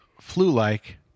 flu-like